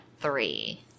three